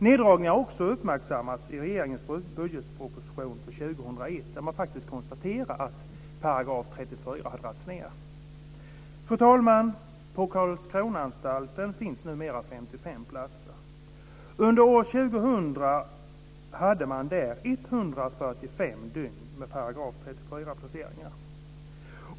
Neddragningar har också uppmärksammats i regeringens budgetproposition för 2001 där man faktiskt konstaterar att antalet § 34-placeringar har dragits ned. Fru talman! På Karlskronaanstalten finns numera 55 platser. Under år 2000 hade man där 145 dygn med § 34-placeringar.